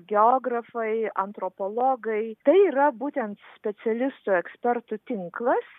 geografai antropologai tai yra būtent specialistų ekspertų tinklas